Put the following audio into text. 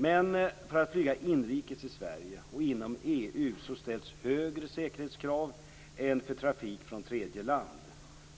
Men för att flyga inrikes i Sverige och inom EU ställs det högre säkerhetskrav än för trafik från tredje land.